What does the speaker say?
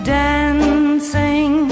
dancing